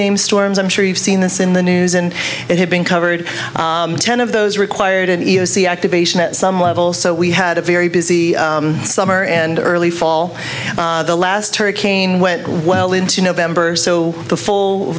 named storms i'm sure you've seen this in the news and it had been covered ten of those required an easy activation at some level so we had a very busy summer and early fall the last hurricane went well into november so the full